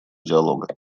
диалога